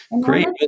great